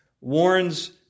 warns